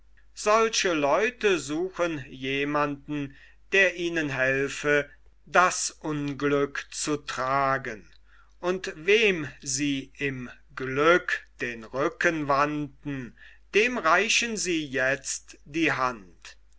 solche leute suchen jemanden der ihnen helfe das unglück zu tragen und wem sie im glück den rücken wandten dem reichen sie jetzt die hand